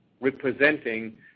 representing